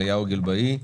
אליהו גילבאי,